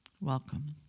Welcome